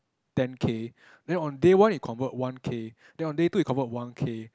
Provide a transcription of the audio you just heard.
ten K then on day one you convert one K then on day two you convert one K